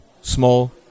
small